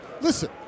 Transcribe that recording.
listen